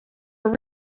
were